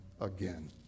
again